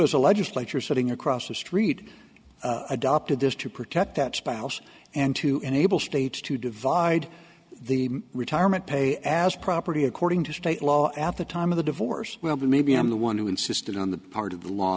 as a legislature sitting across the street adopted this to protect that spouse and to enable states to divide the retirement pay as property according to state law at the time of the divorce well maybe i'm the one who insisted on the part of the law